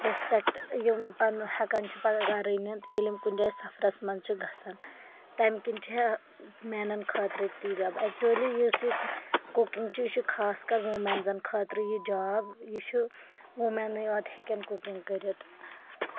یَتھ پٮ۪ٹھ یِم پَنُن ہٮ۪کان چھِ پَنُن گرِ رٔنِتھ ییٚلہِ یِم کُنہِ جایہِ سَفرَس منٛز چھِ گژھان تَمہِ کِنۍ چھےٚ میٚنَن خٲطرٕ تہِ یہِ جاب ایٚکچؤلی یُس یہِ کُکِنگ چھُ یہِ چھُ خاص کَر وُمیٚنزَن خٲطرٕ یہِ جاب یہِ چھُ ووٗمیٚنے یوت ہٮ۪کَن کُکِنٛگ کٔرِتھ